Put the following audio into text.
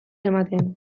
ematen